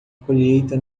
colheita